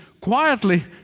quietly